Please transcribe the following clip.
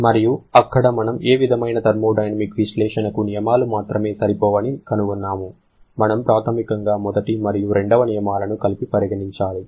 మరియు అక్కడ మనము ఏ విధమైన థర్మోడైనమిక్ విశ్లేషణకు నియమాలు మాత్రమే సరిపోవని కనుగొన్నాము మనము ప్రాథమికంగా మొదటి మరియు రెండవ నియమాలను కలిపి పరిగణించాలి